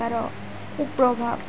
ତା'ର କୁପ୍ରଭାବ